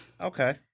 Okay